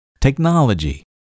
technology